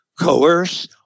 coerce